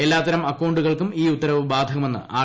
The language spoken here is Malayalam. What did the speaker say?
എല്ലാത്തരം അക്കൌണ്ടുകൾക്കും ഈ ഉത്തരവ് ബാധകമെന്ന് ആർ